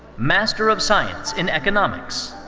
master of science in economics.